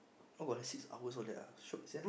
oh got the six hours all that ah shiok sia